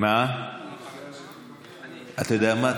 אתה יודע מה?